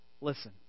Listen